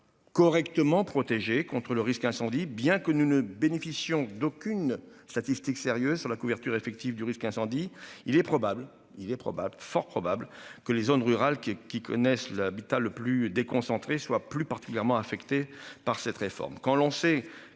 Correctement protégés contre le risque incendie, bien que nous ne bénéficions d'aucune statistique sérieuse sur la couverture effective du risque incendie. Il est probable il est probable fort probable que les zones rurales qui est qui connaissent l'habitat le plus déconcentré soit plus particulièrement affectés par cette réforme quand l'on sait